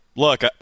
look